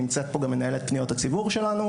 נמצאת פה גם מנהלת פניות הציבור שלנו,